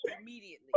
immediately